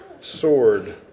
sword